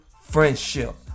friendship